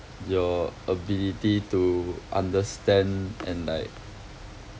your ability to understand and like